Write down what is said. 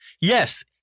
Yes